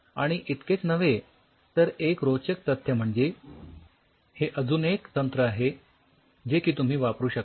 आणि इतकेच नव्हे तर एक रोचक तत्थ्य म्हणजे हे अजून एक तंत्र आहे जे की तुम्ही वापरू शकता